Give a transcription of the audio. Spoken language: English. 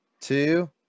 two